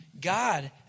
God